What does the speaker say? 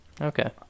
Okay